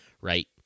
right